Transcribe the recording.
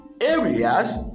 areas